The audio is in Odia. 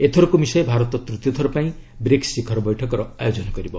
ଏଥରକୁ ମିଶାଇ ଭାରତ ତୃତୀୟ ଥର ପାଇଁ ବ୍ରିକ୍ସ ଶିଖର ବୈଠକର ଆୟୋଜେନ କରିବ